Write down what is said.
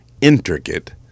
intricate